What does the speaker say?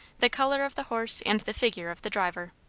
the colour of the horse and the figure of the driver.